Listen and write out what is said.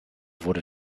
wurden